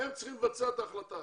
הם צריכים לבצע את ההחלטה.